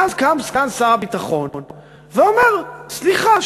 ואז קם סגן שר הביטחון ואומר: סליחה,